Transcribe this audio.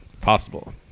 Possible